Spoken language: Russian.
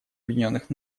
объединенных